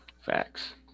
Facts